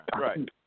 right